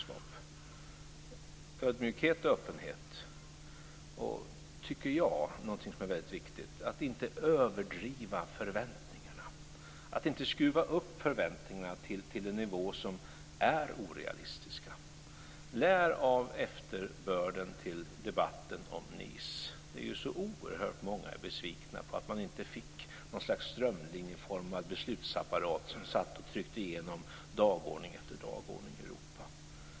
Det handlar om ödmjukhet och öppenhet och - något som jag tycker är väldigt viktigt - om att inte överdriva förväntningarna, att inte skruva upp förväntningarna till en orealistisk nivå. Lär av efterbörden till debatten om Nice! Det är ju så oerhört många som är besvikna på att man inte fick ett slags strömlinjeformad beslutsapparat där dagordning efter dagordning i Europa trycks igenom.